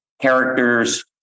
characters